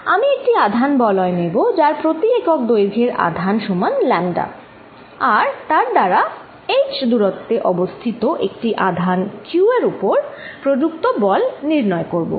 আমি একটি আধান বলয় নেব যার প্রতি একক দৈর্ঘ্যের আধান সমান λ আর তার দ্বারা h দুরত্বে অবস্থিত একটি আধান q এর উপর প্রযুক্ত বল নির্ণয় করব